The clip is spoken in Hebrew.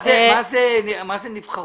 מה זה הארגון הזה נבחרות?